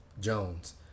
Jones